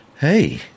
Hey